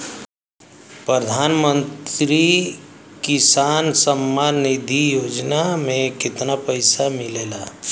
प्रधान मंत्री किसान सम्मान निधि योजना में कितना पैसा मिलेला?